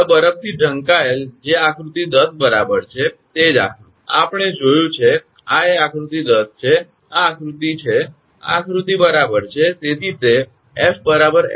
હવે બરફથી ઢંકાયેલ જે આકૃતિ 10 બરાબર છે તે જ આકૃતિ આ આપણે આ જોયું છે આ એ આકૃતિ 10 છે આ આકૃતિ છે આ આકૃતિ બરાબર છે